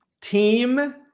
Team